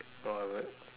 alright